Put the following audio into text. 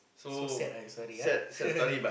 so sad ah your story ah